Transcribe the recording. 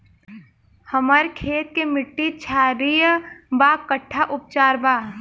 हमर खेत के मिट्टी क्षारीय बा कट्ठा उपचार बा?